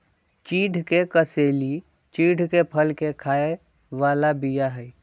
चिढ़ के कसेली चिढ़के फल के खाय बला बीया हई